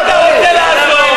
אם אתה רוצה לעזור,